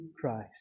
Christ